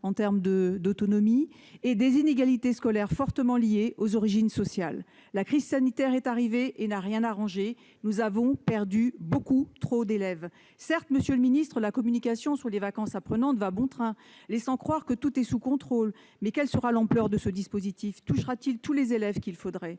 en termes d'autonomie, et que les inégalités scolaires sont fortement liées aux origines sociales. La crise sanitaire n'a rien arrangé : nous avons perdu beaucoup trop d'élèves. Certes, monsieur le ministre, la communication sur les vacances apprenantes va bon train, laissant croire que tout est sous contrôle, mais quelle sera l'ampleur de ce dispositif ? Touchera-t-il tous les élèves qu'il faudrait,